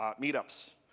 um meet ups,